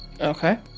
Okay